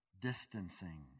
distancing